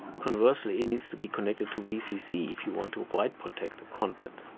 conversely it needs to be connected to vcc if you want to write protect the content.